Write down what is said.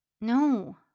No